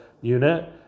unit